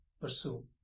pursue